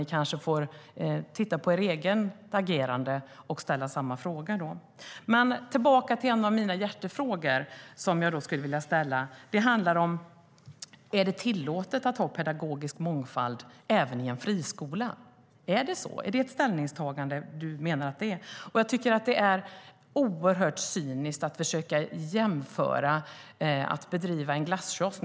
Ni kanske får titta på ert eget agerande och ställa samma fråga. Men tillbaka till en av mina hjärtefrågor, som jag skulle vilja ställa. Är det tillåtet att ha pedagogisk mångfald även i en friskola? Är det så? Menar Daniel Riazat att det är ett ställningstagande? Jag tycker att det är oerhört cyniskt att försöka jämföra det med att driva en glasskiosk.